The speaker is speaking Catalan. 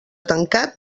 tancat